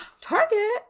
Target